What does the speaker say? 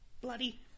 Bloody